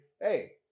hey